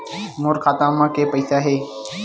मोर खाता म के पईसा हे?